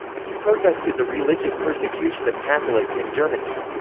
he protested the religious persecution of catholics in germany.